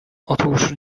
otóż